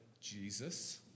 Jesus